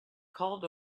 called